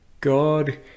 God